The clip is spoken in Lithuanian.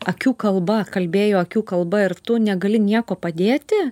akių kalba kalbėjo akių kalba ir tu negali nieko padėti